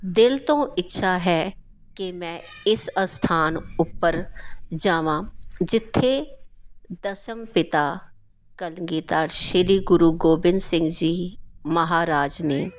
ਦਿਲ ਤੋਂ ਇੱਛਾ ਹੈ ਕਿ ਮੈਂ ਇਸ ਅਸਥਾਨ ਉੱਪਰ ਜਾਵਾਂ ਜਿੱਥੇ ਦਸਮ ਪਿਤਾ ਕਲਗੀਧਰ ਸ਼੍ਰੀ ਗੁਰੂ ਗੋਬਿੰਦ ਸਿੰਘ ਜੀ ਮਹਾਰਾਜ ਨੇ